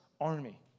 army